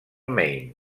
maine